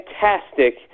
fantastic